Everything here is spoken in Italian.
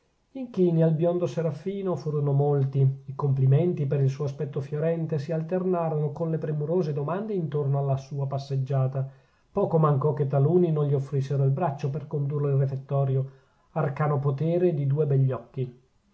gl'inchini al biondo serafino furono molti i complimenti per il suo aspetto fiorente si alternarono con le premurose domande intorno alla sua passeggiata poco mancò che taluni non gli offrissero il braccio per condurlo in refettorio arcano potere di due begli occhi